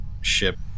ship